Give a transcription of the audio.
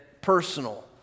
personal